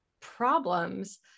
problems